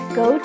go